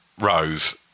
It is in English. Rose